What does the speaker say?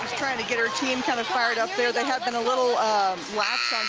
trying to get her team kind of fired up there they have been a little lax